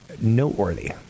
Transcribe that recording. noteworthy